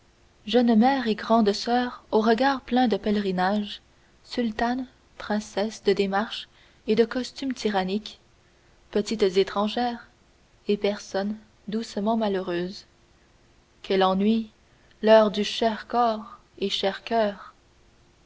jeunes mères et grandes soeurs aux regards pleins de pèlerinages sultanes princesses de démarche et de costumes tyranniques petites étrangères et personnes doucement malheureuses quel ennui l'heure du cher corps et cher coeur